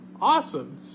Awesome